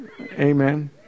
Amen